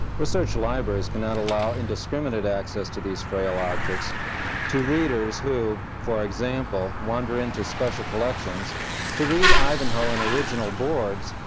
research libraries cannot allow indiscriminate access to these frail objects to readers who, for example, wander into special collections to read ivanhoe in original boards,